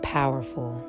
powerful